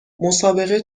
مسابقه